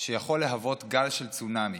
שיכול להיות גל של צונאמי.